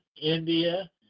india